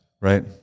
right